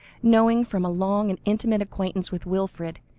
knowing from a long and intimate acquaintance with wilfred,